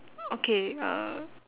okay uh